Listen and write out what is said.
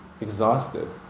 exhausted